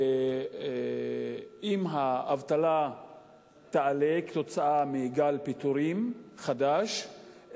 ואם האבטלה תעלה כתוצאה מגל פיטורים חדש,